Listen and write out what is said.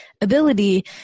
ability